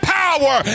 power